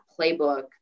playbook